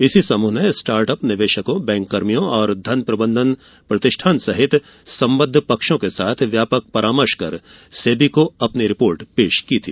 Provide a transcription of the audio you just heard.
इस समूह ने स्टार्ट अप निवेशकों बैंक कर्मियों और धन प्रबंधन प्रतिष्ठान सहित संबद्ध पक्षों के साथ व्यापक परामर्श कर सेबी को अपनी रिपोर्ट पेश की थी